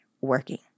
working